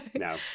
No